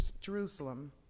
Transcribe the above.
Jerusalem